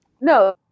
No